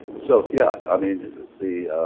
so yeah, i mean the